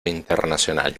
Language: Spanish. internacional